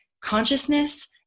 consciousness